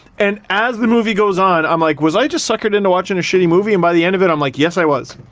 and as the movie goes on i'm like. was i just suckered into watching a shitty movie? and by the end of it, i'm like. yes, i was.